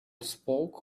spoke